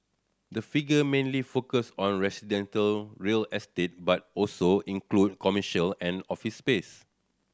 the figure mainly focus on residential real estate but also include commercial and office space